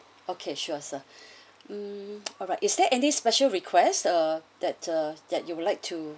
okay sure sir mm alright is there any special request uh that uh that you would like to